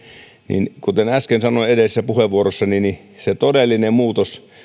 niin kuten äsken sanoin edellisessä puheenvuorossani se todellinen muutos